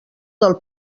del